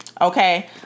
okay